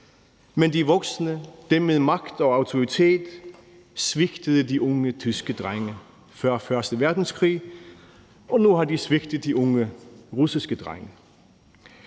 men de voksne, dem med magt og autoritet, svigtede de unge tyske drenge før første verdenskrig, og nu har svigtet de unge russiske drenge.